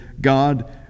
God